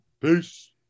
Peace